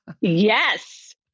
Yes